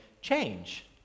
change